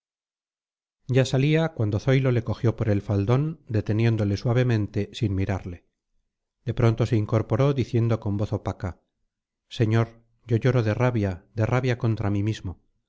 ya salía cuando zoilo le cogió por el faldón deteniéndole suavemente sin mirarle de pronto se incorporó diciendo con voz opaca señor yo lloro de rabia de rabia contra mí mismo